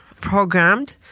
programmed